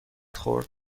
خورد